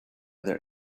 their